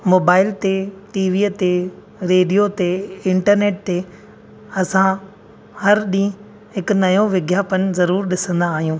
mobile ते टीवीअ ते रेडियो ते इंटरनेट ते असां हर ॾींहुं हिकु नओं विज्ञापन ज़रूरु ॾिसंदा आहियूं